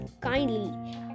kindly